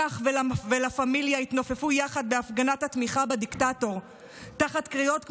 כך ולה פמיליה התנופפו יחד בהפגנת התמיכה בדיקטטור תחת קריאות כמו: